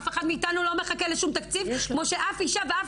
אף אחד מאתנו לא מחכה לשום תקציב כמו שאף אישה ואף